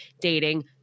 dating